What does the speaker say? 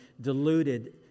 deluded